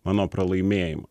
mano pralaimėjimą